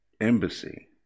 embassy